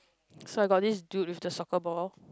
so I got this do this the soccer ball